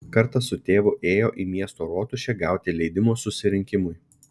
kartą su tėvu ėjo į miesto rotušę gauti leidimo susirinkimui